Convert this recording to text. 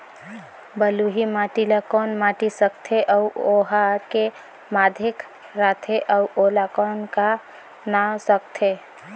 बलुही माटी ला कौन माटी सकथे अउ ओहार के माधेक राथे अउ ओला कौन का नाव सकथे?